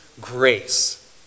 grace